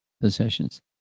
possessions